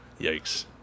Yikes